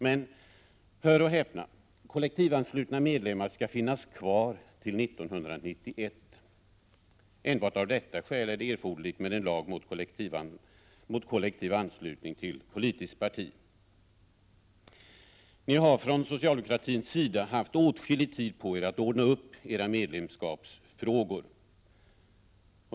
Men hör och häpna: kollektivanslutna medlemmar skall finnas kvar till 1991! Enbart av detta skäl är det erforderligt med en lag mot kollektiv anslutning till politiskt parti. Ni har från socialdemokratins sida haft åtskillig tid på er att ordna upp era medlemskapsfrågor.